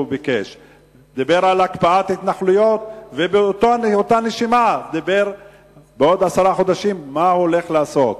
על הקפאת התנחלויות ובאותה נשימה אמר מה הוא הולך לעשות